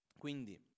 Quindi